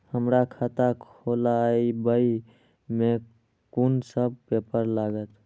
हमरा खाता खोलाबई में कुन सब पेपर लागत?